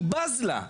אני בז לה.